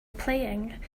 playing